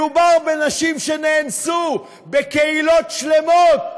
מדובר בנשים שנאנסו, בקהילות שלמות.